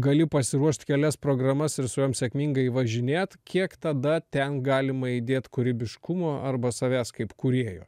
gali pasiruošt kelias programas ir su jom sėkmingai važinėt kiek tada ten galima įdėt kūrybiškumo arba savęs kaip kūrėjo